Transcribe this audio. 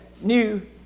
new